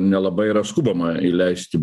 nelabai yra skubama įleisti